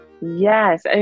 Yes